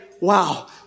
wow